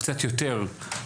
קצת יותר,